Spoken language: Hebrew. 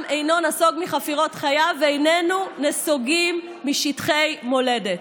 עם אינו נסוג מחפירות חייו ואיננו נסוגים משטחי מולדת.